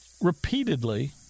repeatedly